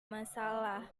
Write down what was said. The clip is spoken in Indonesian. masalah